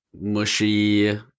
mushy